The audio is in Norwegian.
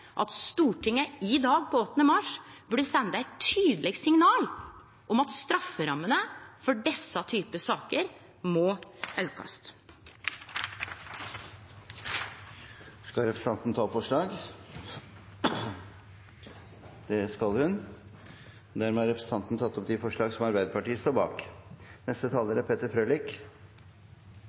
at Stortinget i dag, på 8. mars, burde sende eit tydeleg signal om at strafferammene for desse typar saker må aukast. Skal representanten ta opp forslag? Ja. Representanten Lene Vågslid har dermed tatt opp det forslaget Arbeiderpartiet og Sosialistisk Venstreparti står bak. Dette er